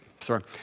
Sorry